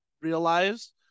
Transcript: realized